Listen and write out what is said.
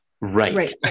Right